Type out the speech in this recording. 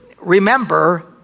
remember